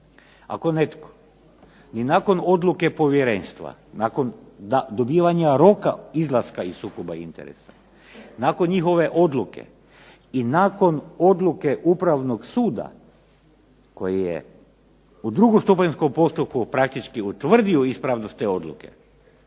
Ako netko ni nakon odluke povjerenstva, nakon dobivanja roka izlaska iz sukoba interesa, nakon njihove odluke i nakon odluke Upravnog suda koji je u drugostupanjskom postupku praktički utvrdio ispravnost te odluke